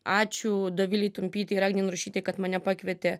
ačiū dovilei tumpytei ir agnei narušytei kad mane pakvietė